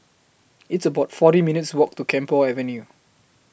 It's about forty minutes' Walk to Camphor Avenue